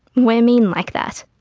we're mean like that.